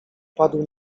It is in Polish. padł